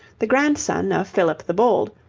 the grandson of philip the bold,